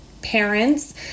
Parents